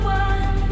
one